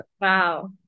Wow